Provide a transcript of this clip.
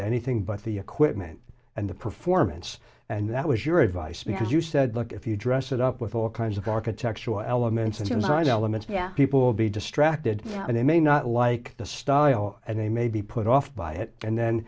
to anything but the equipment and the performance and that was your advice because you said look if you dress it up with all kinds of architectural elements inside elements yeah people will be distracted and they may not like the style and they may be put off by it and then